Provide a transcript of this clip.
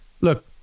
Look